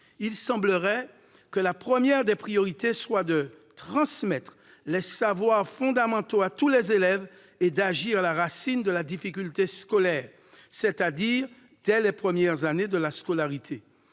il semblerait que la première des priorités soit de transmettre les savoirs fondamentaux à tous les élèves et d'agir à la racine de la difficulté scolaire, c'est-à-dire dès les premières années de la scolarité.